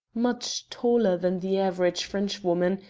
much taller than the average frenchwoman,